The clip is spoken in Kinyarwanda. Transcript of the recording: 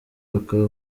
bakaba